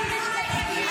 תתביישו לכם.